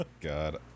God